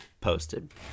posted